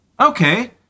Okay